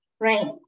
Right